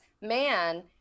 man